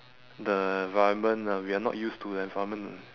the environment uh we are not used to the environment